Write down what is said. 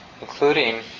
including